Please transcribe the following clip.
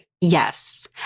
Yes